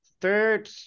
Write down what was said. third